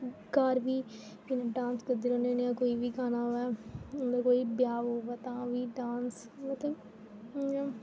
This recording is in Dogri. घर बी डांस करदी रौह्न्नीं आं कोई बी गाना होऐ जां कोई ब्याह् ब्यूह् होऐ तां बी डांस मतलब इ'यां